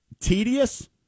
tedious